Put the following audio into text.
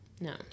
No